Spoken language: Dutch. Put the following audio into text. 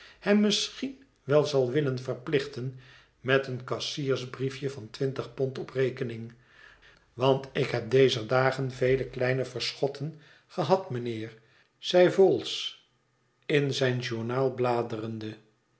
hem misschien wel zal willen verplichten met een kassiersbriefje van twintig pond op rekening want ik heb dezer dagen vele kleine verschotten gehad mijnheer zegt vholes in zijn journaal bladerende